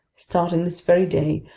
starting this very day,